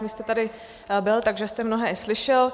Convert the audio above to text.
Vy jste tady byl, takže jste mnohé i slyšel.